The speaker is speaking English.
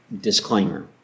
disclaimer